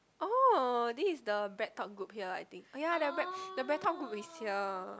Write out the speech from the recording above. oh this is the Bread-Talk-Group here I think oh ya the bread the Bread-Talk-Group is here